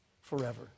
forever